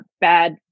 bad